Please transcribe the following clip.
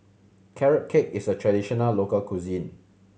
Carrot Cake is a traditional local cuisine